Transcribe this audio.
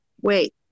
wait